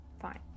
fine